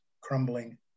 crumbling